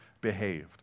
behaved